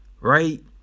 right